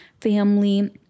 family